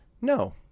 no